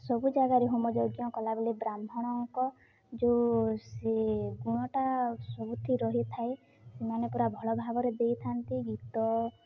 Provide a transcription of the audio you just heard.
ସବୁ ଜାଗାରେ ହୋମ ଯଜ୍ଞ କଲାବେଳେ ବ୍ରାହ୍ମଣଙ୍କ ଯେଉଁ ସେ ଗୁଣଟା ସବୁଠି ରହିଥାଏ ସେମାନେ ପୁରା ଭଲ ଭାବରେ ଦେଇଥାନ୍ତି ଗୀତ